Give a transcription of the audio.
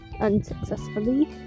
Unsuccessfully